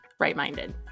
rightminded